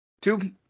Two